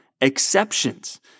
exceptions